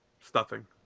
Stuffing